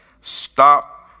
Stop